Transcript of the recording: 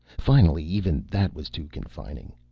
finally, even that was too confining.